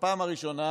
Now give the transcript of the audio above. בפעם הראשונה